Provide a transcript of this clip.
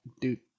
Dude